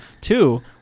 Two